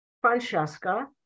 Francesca